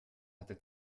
hatte